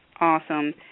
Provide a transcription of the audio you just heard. awesome